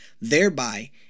thereby